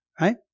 Right